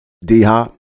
D-Hop